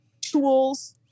tools